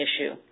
issue